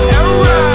error